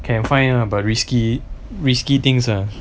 can find lah but risky risky things ah